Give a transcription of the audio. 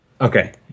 Okay